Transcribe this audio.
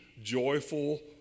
joyful